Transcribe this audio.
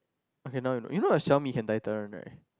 okay now you know you know the Xiaomi can tighten one right